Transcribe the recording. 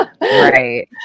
Right